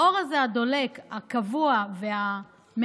האור הזה הדולק הקבוע והמהבהב